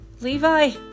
Levi